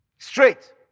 Straight